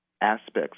aspects